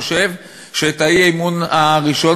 חושב שאת האי-אמון הראשון,